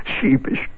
Sheepish